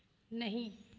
नहीं